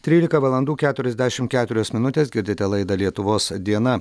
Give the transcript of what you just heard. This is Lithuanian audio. trylika valandų keturiasdešim keturios minutės girdite laidą lietuvos diena